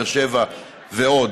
באר שבע ועוד.